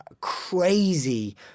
crazy